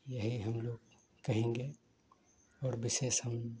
यही हम लोग कहेंगे और विशेष हम